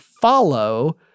follow